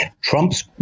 Trump's